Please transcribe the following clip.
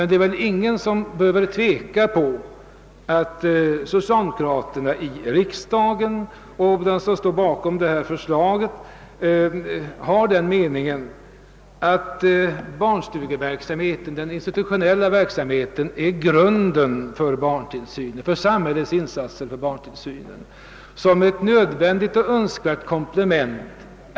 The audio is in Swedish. Det är väl ingen som behöver tvivla på att socialdemokraterna i riksdagen har den meningen, att barnstugeverksamheten — den institutionella verksamheten — är den bästa formen för samhällets insatser när det gäller barntillsynen och att familjedaghemmen är ett nödvändigt och önskvärt komplement.